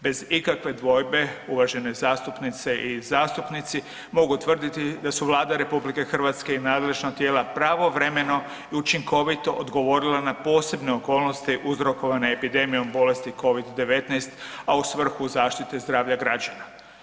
Bez ikakve dvojbe uvažene zastupnice i zastupnici mogu tvrditi da su Vlada RH i nadležna tijela pravovremeno i učinkovito odgovorile na posebne okolnosti uzrokovane epidemijom bolesti Covid-19, a u svrhu zaštite zdravlja građana.